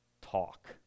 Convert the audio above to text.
talk